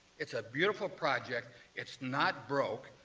it's a beautiful project. it's not broke.